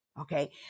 okay